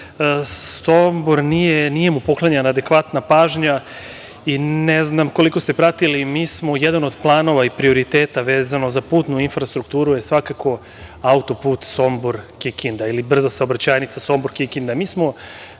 Somboru nije poklonjena adekvatna pažnja. Ne znam koliko ste pratili, jedan od planova i prioriteta vezano za putnu infrastrukturu je svakako auto-put Sombor-Kikinda ili brza saobraćajnica Sombor-Kikinda.